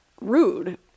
rude